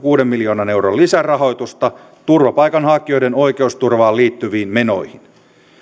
kuuden miljoonan euron lisärahoitusta turvapaikanhakijoiden oikeusturvaan liittyviin menoihin